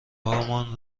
هامان